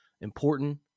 important